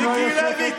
מר מיקי לוי,